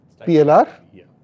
PLR